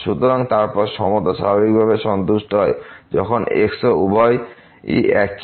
সুতরাং তারপর সমতা স্বাভাবিকভাবেই সন্তুষ্ট হয় যখন x এবং y উভয়ই একই